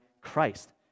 Christ